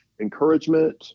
encouragement